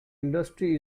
industry